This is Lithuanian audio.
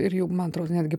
ir jau man atrodo netgi